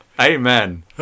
Amen